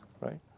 right